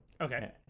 Okay